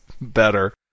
better